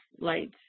lights